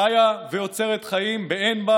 חיה ויוצרת חיים באין בה